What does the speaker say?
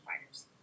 fighters